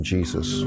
Jesus